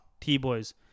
T-Boys